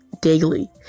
Daily